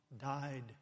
died